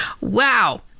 Wow